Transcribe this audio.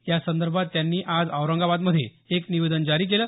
यासंदर्भात त्यांनी आज औरंगाबादमध्ये एक निवेदन जारी केलं